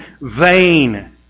vain